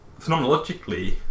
phenomenologically